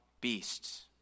beasts